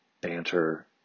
banter